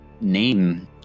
name